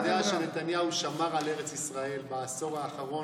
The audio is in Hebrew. הוא יודע שנתניהו שמר על ארץ ישראל בעשור האחרון